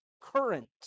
current